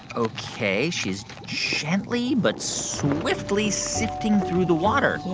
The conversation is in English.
ok. she's gently but swiftly sifting through the water. yeah.